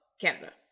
canada